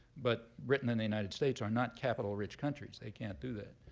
but britain and the united states are not capital-rich countries. they can't do that.